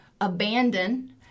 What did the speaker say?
abandon